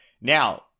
Now